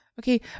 okay